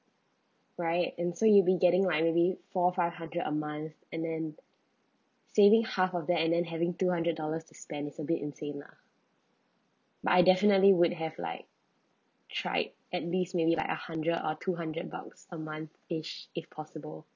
right and so you'll be getting like maybe four or five hundred a month and then saving half of that and then having two hundred dollars to spend is a bit insane lah but I definitely would have like tried at least maybe like a hundred or two hundred bucks a month each if possible